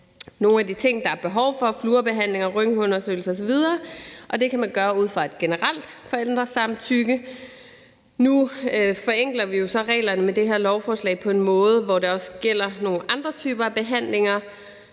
nogle af de ting, der er behov for: fluorbehandlinger, røntgenundersøgelser osv., og det kan man gøre ud fra et generelt forældresamtykke. Nu forenkler vi jo så reglerne med det her lovforslag på en måde, hvor det også gælder nogle andre typer af behandlinger,